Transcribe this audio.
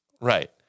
Right